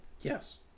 Yes